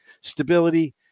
Stability